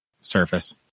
Surface